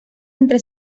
entre